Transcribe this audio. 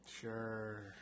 Sure